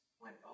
went